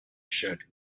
should